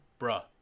Bruh